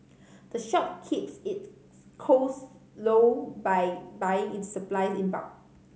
the shop keeps its costs low by buying its supplies in bulk